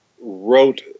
wrote